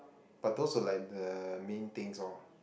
but those were like the main things orh